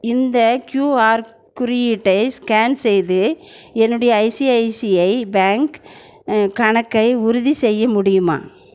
இந்த க்யூஆர் குறியீட்டை ஸ்கேன் செய்து என்னுடைய ஐசிஐசிஐ பேங்க் கணக்கை உறுதிசெய்ய முடியுமா